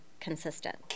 consistent